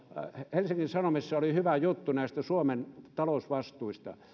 helsingin sanomissa oli hyvä juttu näistä suomen talousvastuista